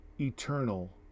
eternal